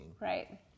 Right